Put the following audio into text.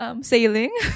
Sailing